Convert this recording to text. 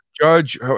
judge